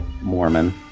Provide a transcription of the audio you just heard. Mormon